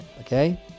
okay